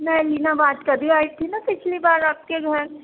میں مینا بات کر رہی ہوں آئی تھی نا پچھلی بار آپ کے گھر